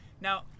Now